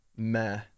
Meh